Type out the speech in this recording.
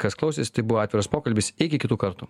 kas klausėsi tai buvo atviras pokalbis iki kitų kartų